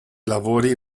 lavori